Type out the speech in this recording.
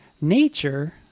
nature